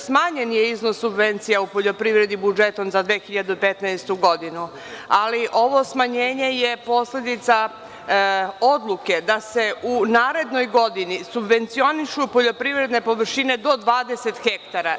Smanjen je iznos subvencija u poljoprivredi budžetom za 2015. godinu, ali ovo smanjenje je posledica odluke da se u narednoj godini subvencionišu poljoprivredne površine do 20 hektara.